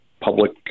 public